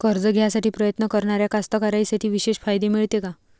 कर्ज घ्यासाठी प्रयत्न करणाऱ्या कास्तकाराइसाठी विशेष फायदे मिळते का?